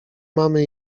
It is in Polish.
mamy